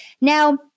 Now